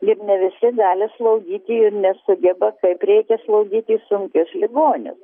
ir ne visi gali slaugyti ir nesugeba kaip reikia slaugyti sunkius ligonius